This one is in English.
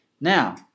Now